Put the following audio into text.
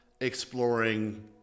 exploring